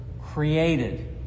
created